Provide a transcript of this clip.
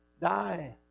die